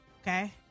Okay